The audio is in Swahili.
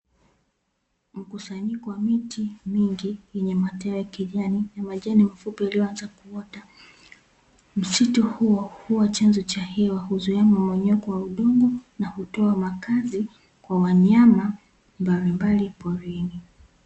Mkusanyiko wa miti mingi yenye matawi ya kijani, na majani mafupi yaliyoanza kuota. Msitu huo huwa chanzo cha hewa, huzuia mmomonyoko wa udongo na hutoa makazi kwa wanyama mbalimbali porini.